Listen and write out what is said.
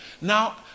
Now